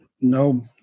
no